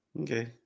Okay